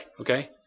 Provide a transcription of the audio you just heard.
okay